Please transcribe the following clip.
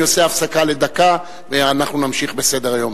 אני עושה הפסקה לדקה, ונמשיך בסדר-היום.